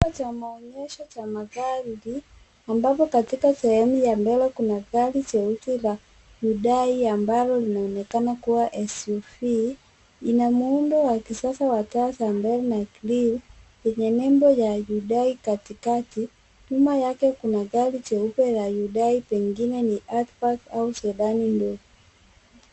Chumba cha maonyesho cha magari ambapo katika sehemu ya mbele kuna gari jeusi la Hiudai ambalo linaonekana kuwa la SUV inamuundo wa kisasa wa taa za mbele na bluu yenye nembo ya Hiudai katikati. Nyuma yake kuna gari la Hiudai pengine ni out bag au Serani ndogo.